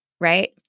right